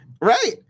right